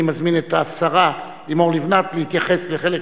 אני מזמין את השרה לימור לבנת להתייחס לחלק